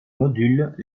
modules